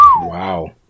wow